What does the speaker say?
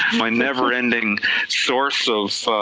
my never ending source of